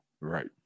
right